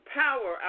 power